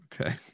okay